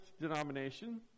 denomination